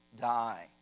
die